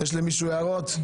יש למישהו הערות?